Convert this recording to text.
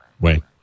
wait